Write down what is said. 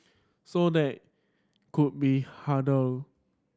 so that could be hurdle